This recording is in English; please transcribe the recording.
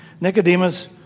Nicodemus